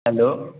hello